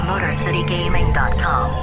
MotorCityGaming.com